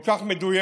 כל כך מדויקת,